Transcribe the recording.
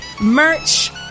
Merch